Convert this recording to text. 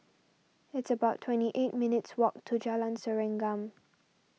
it's about twenty eight minutes' walk to Jalan Serengam